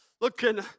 Looking